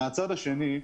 מצד שני,